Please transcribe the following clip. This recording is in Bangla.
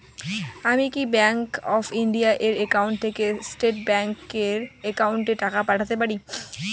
আমি কি ব্যাংক অফ ইন্ডিয়া এর একাউন্ট থেকে স্টেট ব্যাংক এর একাউন্টে টাকা পাঠাতে পারি?